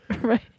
Right